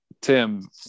Tim